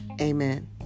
amen